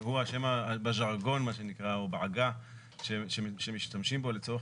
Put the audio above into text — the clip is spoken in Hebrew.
שהוא השם בז'רגון או בעגה שמשתמשים בו לצורך